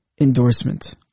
endorsement